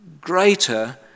greater